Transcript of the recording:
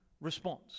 response